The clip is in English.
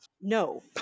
no